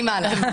אני מעלה.